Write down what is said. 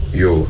yo